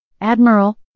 Admiral